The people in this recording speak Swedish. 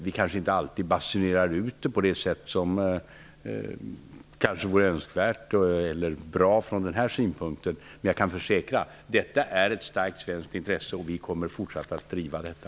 Vi kanske inte alltid basunerar ut detta på det sätt som möjligen vore önskvärt eller bra från den här synpunkten. Men jag kan försäkra: Detta är ett starkt svenskt intresse, och vi kommer att fortsätta att driva detta.